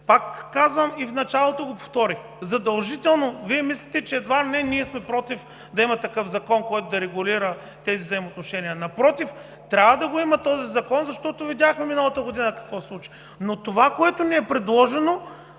административна тежест. Вие мислите, че едва ли не ние сме против да има закон, който да регулира тези взаимоотношения. Напротив, трябва да го има този закон, защото видяхме миналата година какво се случи, но това, което ни е предложено,